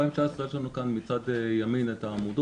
ב-2019 , יש לנו כאן מצד ימין את העמודות,